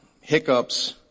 hiccups